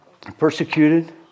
persecuted